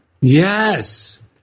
Yes